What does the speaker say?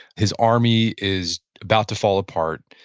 his army is about to fall apart.